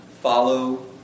follow